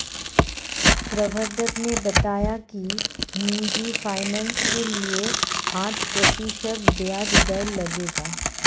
प्रबंधक ने बताया कि निजी फ़ाइनेंस के लिए आठ प्रतिशत ब्याज दर लगेगा